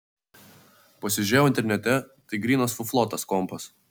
pasižiūrėjau internete tai grynas fuflo tas kompas